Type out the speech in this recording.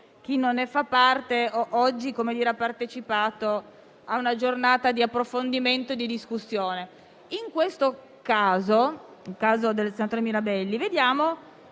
chi non ne fa parte, oggi ha partecipato ad una giornata di approfondimento e di discussione.